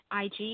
IG